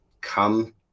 come